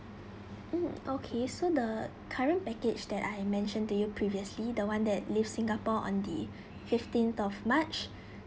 mm okay so the current package that I mentioned to you previously the one that leave singapore on the fifteenth of march